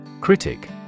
Critic